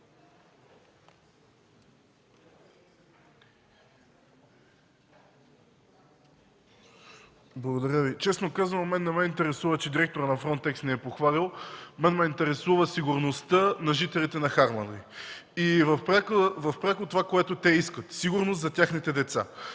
Благодаря Ви. Честно казано мен не ме интересува, че директорът на „Фронтекс” ни е похвалил. Мен ме интересува сигурността на жителите на Харманли и пряко това, което те искат – сигурност за техните деца.